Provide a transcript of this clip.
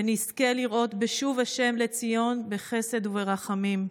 ונזכה לראות בשוב ה' לציון בחסד וברחמים.